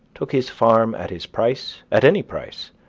took his farm at his price, at any price,